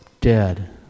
dead